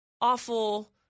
awful